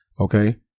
Okay